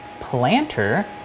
planter